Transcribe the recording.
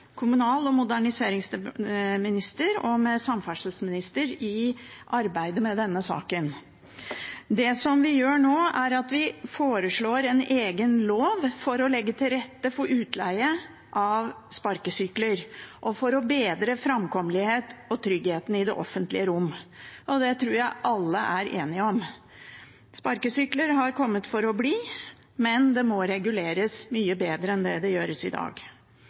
kommunal- og moderniseringsministeren og med samferdselsministeren i arbeidet med denne saken. Det vi gjør nå, er at vi foreslår en egen lov for å legge til rette for utleie av sparkesykler og for å bedre framkommeligheten og tryggheten i det offentlige rom. Det tror jeg alle er enige om. Sparkesykler har kommet for å bli, men de må reguleres mye bedre enn det gjøres i dag.